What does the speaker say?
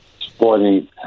sporting